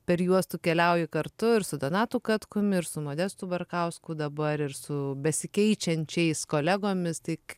per juos tu keliauji kartu ir su donatu katkum ir su modestu barkausku dabar ir su besikeičiančiais kolegomis tai k